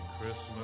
Christmas